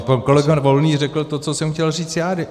Pan kolega Volný řekl to, co jsem chtěl říct já.